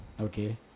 Okay